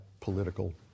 political